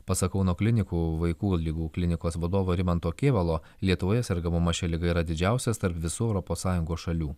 pasak kauno klinikų vaikų ligų klinikos vadovo rimanto kėvalo lietuvoje sergamumas šia liga yra didžiausias tarp visų europos sąjungos šalių